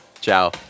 Ciao